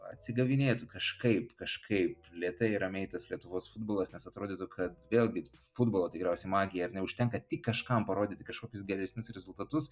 atsigavinėtų kažkaip kažkaip lėtai ramiai tas lietuvos futbolas nes atrodytų kad vėlgi futbolo tikriausiai magija ar ne užtenka tik kažkam parodyti kažkokius geresnius rezultatus